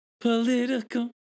Political